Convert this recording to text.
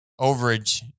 Overage